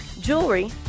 jewelry